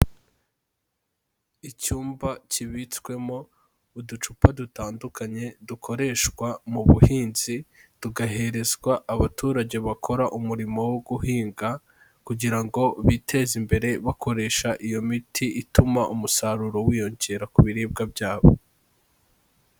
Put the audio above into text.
Icyumba kibitswemo uducupa dutandukanye dukoreshwa mu buhinzi, tugaherezwa abaturage bakora umurimo wo guhinga, kugira ngo biteze imbere bakoresha iyo miti ituma umusaruro wiyongera ku biribwa byabo.